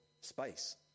space